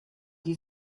die